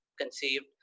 conceived